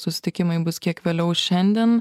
susitikimai bus kiek vėliau šiandien